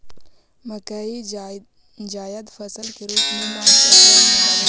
मकई जायद फसल के रूप में मार्च अप्रैल में उगावाल जा हई